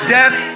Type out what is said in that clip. Death